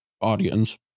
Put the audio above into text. audience